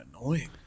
annoying